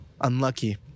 unlucky